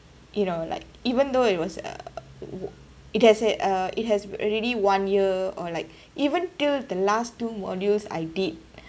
you know like even though it was uh it has a uh it has already one year or like even till the last two modules I did